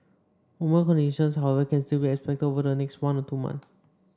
warmer conditions however can still be expected over the next one or two months